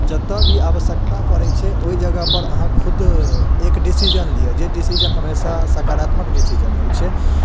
जतऽ भी आवश्यकता पड़ैत छै ओहि जगह पर अहाँ खुद एक डिसीजन लिअ जे डिसीजन हमेशा सकारात्मक डिसीजन होइ छै